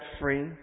free